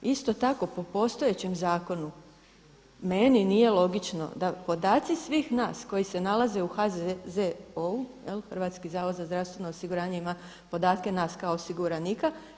Isto tako po postojećem zakonu meni nije logično da podaci svih nas koji se nalaze u HZZO-u Hrvatski zavod za zdravstveno osiguranje ima podatke nas kao osiguranika.